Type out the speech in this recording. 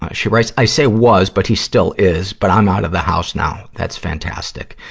she writes, i say was, but he still is. but i'm out of the house now. that's fantastic.